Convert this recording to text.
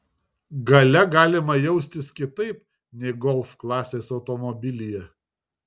gale galima jaustis kitaip nei golf klasės automobilyje